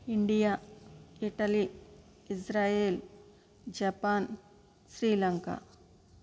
India Italy Israel Japan Sri Lanka